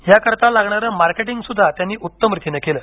या करिता लागणारण मार्केटिंग सुध्दा त्यांनी उत्तम रितीने केलं